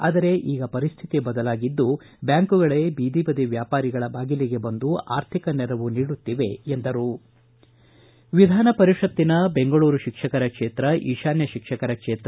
ಆದರೆ ಈಗ ಪರಿಸ್ಥಿತಿ ಬದಲಾಗಿದ್ದು ಬ್ಯಾಂಕುಗಳೇ ಬೀದಿಬದಿ ವ್ಯಾಪಾರಿಗಳ ಬಾಗಿಲಿಗೆ ಬಂದು ಆರ್ಥಿಕ ನೆರವು ನೀಡುತ್ತಿವೆ ಎಂದರು ವಿಧಾನ ಪರಿಷತ್ತಿನ ಬೆಂಗಳೂರು ಶಿಕ್ಷಕರ ಕ್ಷೇತ್ರ ಈಶಾನ್ಯ ಶಿಕ್ಷಕರ ಕ್ಷೇತ್ರ